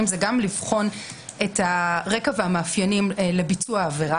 זה גם לבחון את הרקע והמאפיינם לביצוע העבירה.